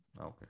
Okay